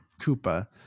Koopa